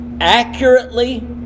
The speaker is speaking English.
accurately